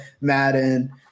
madden